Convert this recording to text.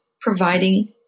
providing